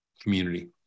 community